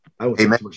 Amen